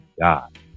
god